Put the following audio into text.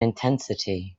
intensity